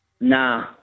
nah